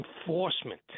enforcement